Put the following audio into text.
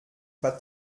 pas